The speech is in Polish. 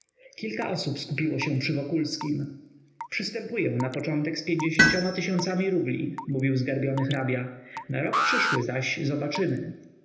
kilka osób skupiło się przy wokulskim przystępuję na początek z pięćdziesięcioma tysiącami rubli mówił zgarbiony hrabia na rok przyszły zaś zobaczymy